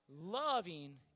Loving